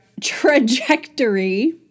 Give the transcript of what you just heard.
trajectory